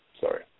sorry